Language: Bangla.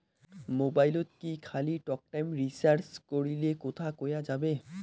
মোবাইলত কি খালি টকটাইম রিচার্জ করিলে কথা কয়া যাবে?